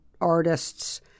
artists